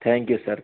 thank you sir